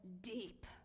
deep